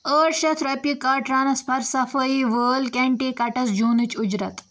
ٲٹھ شتھ رۄپیہِ کَر ٹرانسفر صفٲیی وول کنٹیکٹَس جوٗنٕچ اُجرت